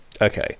Okay